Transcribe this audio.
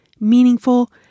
Meaningful